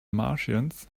martians